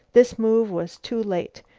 this move was too late,